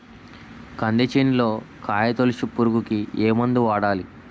కంది చేనులో కాయతోలుచు పురుగుకి ఏ మందు వాడాలి?